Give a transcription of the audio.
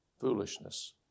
foolishness